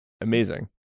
amazing